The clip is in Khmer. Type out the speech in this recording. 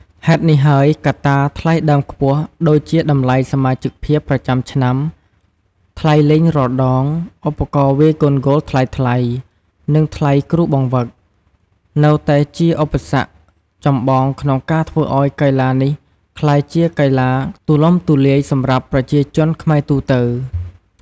ហេតុនេះហើយ កត្តា ថ្លៃដើមខ្ពស់ ដូចជាតម្លៃសមាជិកភាពប្រចាំឆ្នាំ ថ្លៃលេងរាល់ដង ឧបករណ៍វាយកូនហ្គោលថ្លៃៗ និងថ្លៃគ្រូបង្វឹក នៅតែជាឧបសគ្គចម្បងក្នុងការធ្វើឲ្យកីឡានេះក្លាយជាកីឡាទូលំទូលាយសម្រាប់ប្រជាជនខ្មែរទូទៅ។